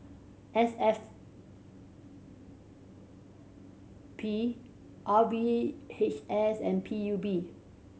S F P R V H S and P U B